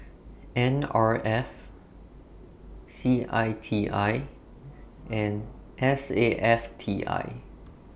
N R F C I T I and S A F T I